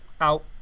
out